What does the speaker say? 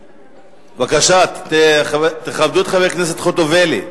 בבקשה, תכבדו את חברת הכנסת חוטובלי.